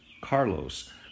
Carlos